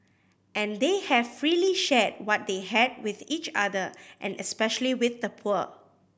and they have freely shared what they had with each other and especially with the poor